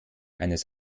eines